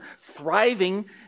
thriving